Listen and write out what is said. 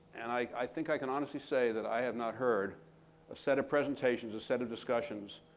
and i think i can honestly say that i have not heard a set of presentations, a set of discussions,